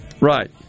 Right